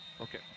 Okay